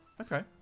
Okay